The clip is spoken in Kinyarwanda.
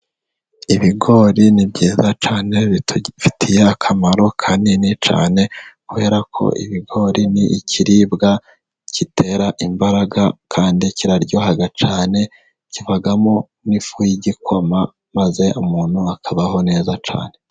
Ibigori ni byiza cyane, bidufitiye akamaro kanini cyane, kubera ko ibigori ni ikiribwa gitera imbaraga, kandi kiraryoha cyane, kibamo n'ifu y'igikoma maze umuntu akabaho neza cyane.